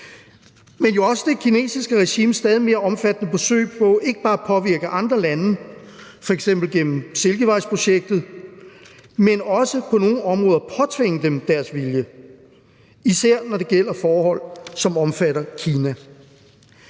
er jo også det kinesiske regimes stadig mere omfattende forsøg på ikke bare at påvirke andre lande, f.eks. gennem silkevejsprojektet, men også på nogle områder at påtvinge dem deres vilje, især når det gælder forhold, som omfatter Kina.